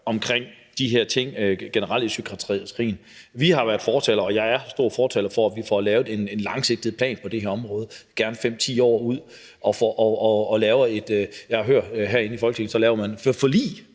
ved de her ting generelt i psykiatrien. Vi har været store fortalere for – og jeg er stor fortaler for – at vi får lavet en langsigtet plan på det her område, som rækker gerne 5-10 år ud i fremtiden. Herinde i Folketinget laver man forlig,